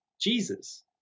Jesus